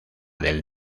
del